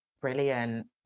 brilliant